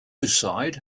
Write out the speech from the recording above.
side